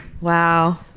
Wow